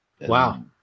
wow